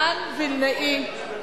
וילנאי.